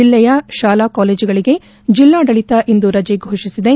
ಜಲ್ಲೆಯ ಶಾಲಾ ಕಾಲೇಜುಗಳಿಗೆ ಜಿಲ್ಲಾಡಳಿತ ಇಂದು ರಜೆ ಫೋಷಿಸಿದೆ